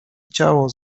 ciało